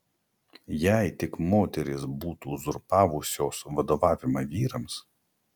jei tik moterys būtų uzurpavusios vadovavimą vyrams